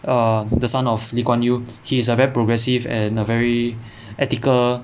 err the son of lee kuan yew he is a very progressive and a very ethical